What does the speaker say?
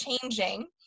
changing